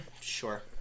Sure